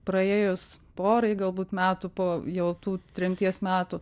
praėjus porai galbūt metų po jau tų tremties metų